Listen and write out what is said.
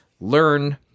learn